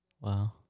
Wow